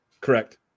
Correct